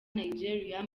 nigeria